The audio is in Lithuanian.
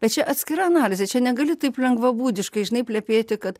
bet čia atskira analizė čia negali taip lengvabūdiškai žinai plepėti kad